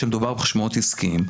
כשמדובר בחשבונות עסקיים.